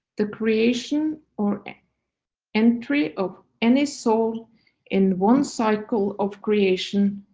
the creation or. entry of any soul in one cycle of creation,